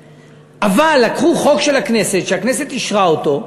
אבל לקחו חוק של הכנסת, שהכנסת אישרה אותו,